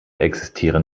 existieren